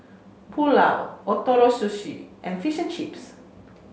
Pulao Ootoro Sushi and Fish and Chips